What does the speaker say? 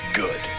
good